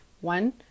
One